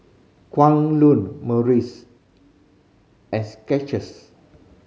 Kwan Loong Morries and Skechers